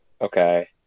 Okay